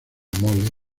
mole